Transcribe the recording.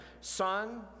son